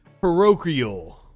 Parochial